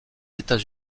états